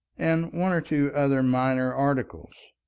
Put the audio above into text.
and one or two other minor articles.